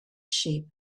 sheep